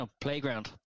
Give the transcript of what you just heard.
playground